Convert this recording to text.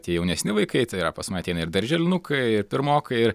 tie jaunesni vaikai tai yra pas mane ateina ir darželinukai ir pirmokai